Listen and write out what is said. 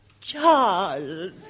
Charles